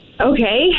Okay